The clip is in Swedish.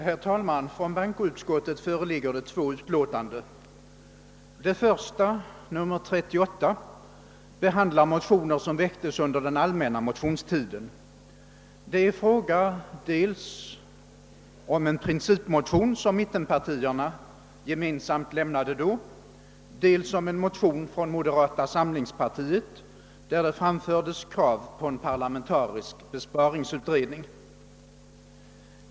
Herr talman! Från bankoutskottet föreligger två utlåtanden. Det första, nr 38, behandlar motioner som väckts under den allmänna motionstiden. Det är fråga om dels en principmotion som mittenpartierna gemensamt avlämnat i båda kamrarna, dels ett motionspar från moderata samlingspartiet vari det framställts krav på en parlamentarisk besparingsutredning.